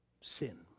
sin